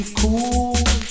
cool